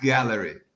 Gallery